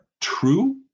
true